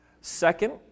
Second